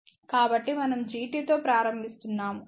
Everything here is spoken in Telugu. కాబట్టి మనం Gt తో ప్రారంభిస్తున్నాము సరే